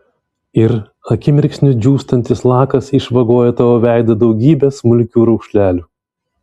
ir akimirksniu džiūstantis lakas išvagoja tavo veidą daugybe smulkių raukšlelių